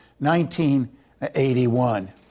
1981